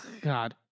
God